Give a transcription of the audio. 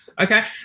Okay